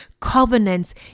covenants